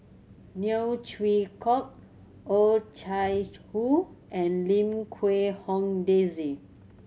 Neo Chwee Kok Oh Chai Hoo and Lim Quee Hong Daisy